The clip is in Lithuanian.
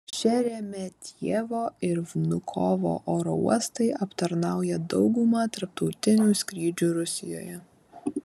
šeremetjevo ir vnukovo oro uostai aptarnauja daugumą tarptautinių skrydžių rusijoje